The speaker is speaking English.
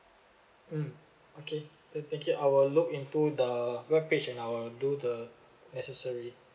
mm okay than~ thank you I will look into the webpage and I will do the necessary